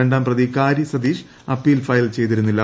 രണ്ടാം പ്രതി കാരി സതീഷ് അപ്പീൽ ഫയൽ ചെയ്തിരുന്നില്ല